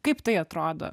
kaip tai atrodo